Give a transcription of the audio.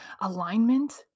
alignment